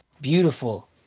beautiful